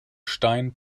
stein